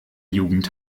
jugend